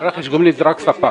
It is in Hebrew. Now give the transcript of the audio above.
רכש גומלין זה רק ספק.